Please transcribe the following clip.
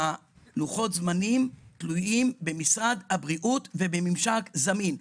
לוחות-הזמנים תלויים במשרד הבריאות ובממשל זמין.